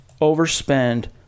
overspend